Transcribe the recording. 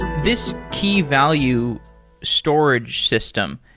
this key value storage system.